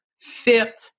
fit